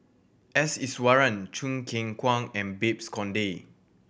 S Iswaran Choo Keng Kwang and Babes Conde